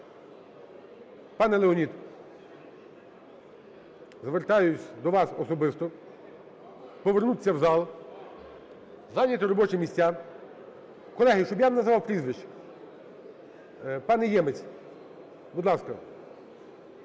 пане Леонід, звертаюсь до вас особисто, повернутися в зал, зайняти робочі місця. Колеги, щоб я не називав прізвищ. Пане Ємець, будь ласка.